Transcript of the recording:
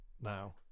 now